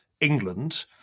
England